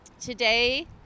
Today